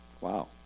Wow